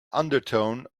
undertone